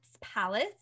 Palace